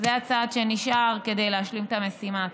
זה הצעד שנשאר כדי להשלים את המשימה.